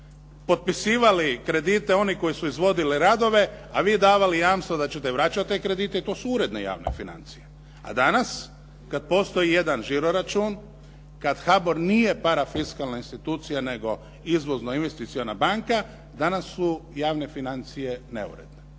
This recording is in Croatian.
potpisivali kredite oni koji su izvodili radove a vi davali jamstvo da ćete vraćati te kredite i to su uredne javne financije. A danas kad postoji jedan žiro-račun, kad HBOR nije parafiskalna institucija nego izvozno investiciona banka, danas su javne financijske neuredne.